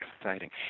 exciting